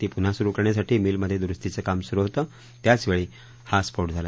ती पून्हा सूरु करण्यासाठी मीलमध्ये दुरुस्तीचं काम सूरू होतं त्याचवेळी हा स्फोट झाला